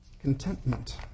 Contentment